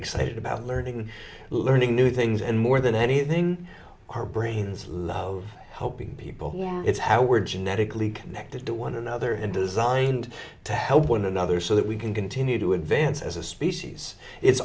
excited about learning learning new things and more than anything our brains helping people it's how we're genetically connected to one another and designed to help one another so that we can continue to advance as a species it's